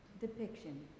depiction